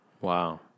Wow